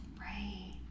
Right